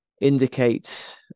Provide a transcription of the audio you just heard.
indicate